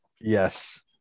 Yes